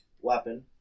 weapon